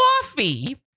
Coffee